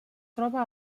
troba